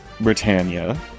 Britannia